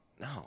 No